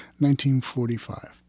1945